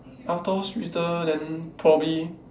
after hospital then probably